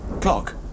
Clock